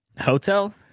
Hotel